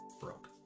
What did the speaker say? broke